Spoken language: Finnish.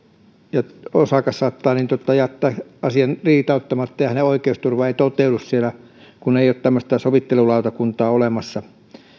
ja osakas saattaa jättää asian riitauttamatta ja ja hänen oikeusturvansa ei toteudu kun ei ole tämmöistä sovittelulautakuntaa sovittelemassa